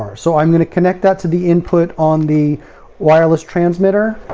um so i'm going to connect that to the input on the wireless transmitter.